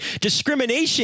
discrimination